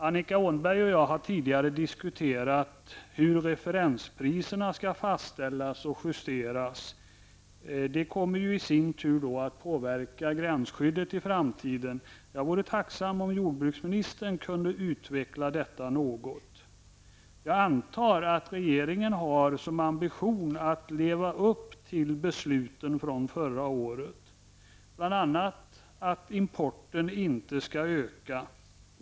Annika Åhnberg och jag har tidigare diskuterat hur referenspriserna skall fastställas och justeras. Det kommer ju i sin tur att påverka gränsskyddet i framtiden. Jag vore tacksam om jordbruksministern kunde utveckla detta något. Jag antar att regeringen har som ambition att leva upp till besluten från förra året, bl.a. att importen inte skall öka.